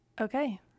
okay